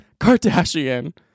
kardashian